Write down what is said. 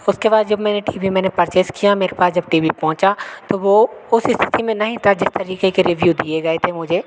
उसके बाद जब मैंने टी वी मैंने पर्चेज़ किया मेरे पास जब टी वी पहुंचा तो वह उस स्थिति में नहीं था जिस तरीक़े के रिव्यू दिए गए थे मुझे